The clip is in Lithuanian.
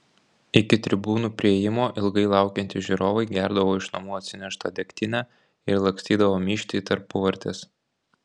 iki tribūnų priėjimo ilgai laukiantys žiūrovai gerdavo iš namų atsineštą degtinę ir lakstydavo myžti į tarpuvartes